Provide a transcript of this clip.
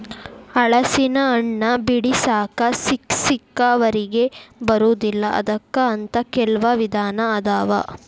ಹಲಸಿನಹಣ್ಣ ಬಿಡಿಸಾಕ ಸಿಕ್ಕಸಿಕ್ಕವರಿಗೆ ಬರುದಿಲ್ಲಾ ಅದಕ್ಕ ಅಂತ ಕೆಲ್ವ ವಿಧಾನ ಅದಾವ